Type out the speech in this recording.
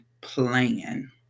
plan